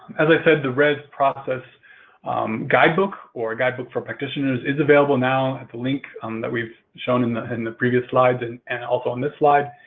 as i said, the rez process guidebook, or a guidebook for practitioners, is available now at the link that we've shown in the and and the previous slides and and also on this slide.